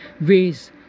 ways